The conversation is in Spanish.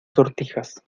sortijas